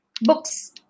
Books